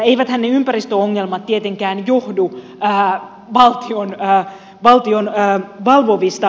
eiväthän ne ympäristöongelmat tietenkään johdu valtion valvovista viranomaisista